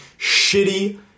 Shitty